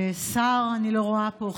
שר אני לא רואה פה,